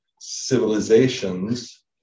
civilizations